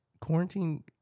quarantine